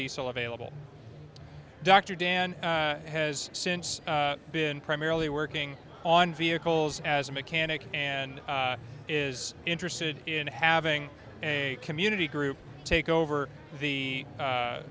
diesel available dr dan has since been primarily working on vehicles as a mechanic and is interested in having a community group take over the